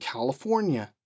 California